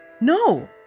no